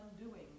undoing